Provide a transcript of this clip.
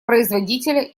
производителя